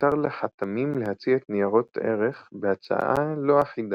הותר לחתמים להציע את ניירות ערך בהצעה לא אחידה,